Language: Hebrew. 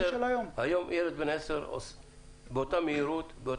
אזרחים ותיקים ואנשים שכבר על